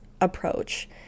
approach